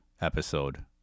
episode